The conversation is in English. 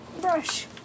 Brush